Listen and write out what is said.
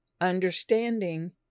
understanding